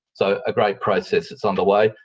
so, a great process that's under way,